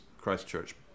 Christchurch